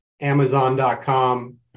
Amazon.com